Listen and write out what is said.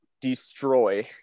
destroy